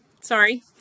sorry